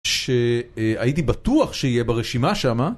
שהייתי בטוח שיהיה ברשימה שמה.